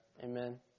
Amen